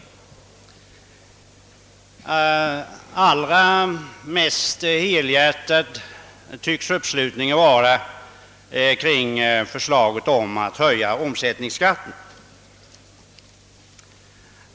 Allra mest helhjärtad tycks uppslutningen vara kring förslaget om en höjning av omsättningsskatten.